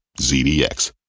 ZDX